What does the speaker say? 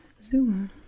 zoom